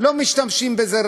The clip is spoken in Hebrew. לא משתמשים בזה.